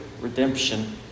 redemption